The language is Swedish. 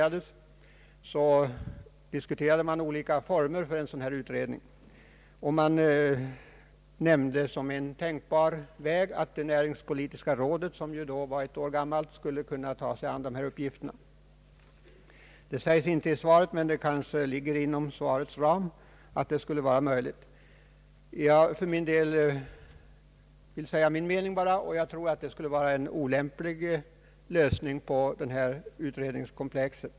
nr 10/1969 — diskuterade man olika former för en utredning. Man nämnde som en tänkbar väg att näringspolitiska rådet, som då var ett år gammalt, skulle kunna ta sig an dessa uppgifter. Det sägs inte i svaret, men det kanske ligger inom svarets ram att en sådan lösning kunde vara möjlig. Jag tror emellertid att det skulle vara en olämplig lösning på detta utredningskomplex.